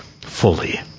fully